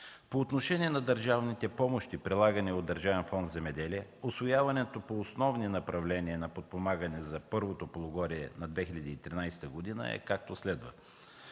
По отношение на държавните помощи, прилагани от Държавен фонд „Земеделие”, усвояването по основни направления на подпомагане за първото полугодие на 2013 г. по помощи е, както следва: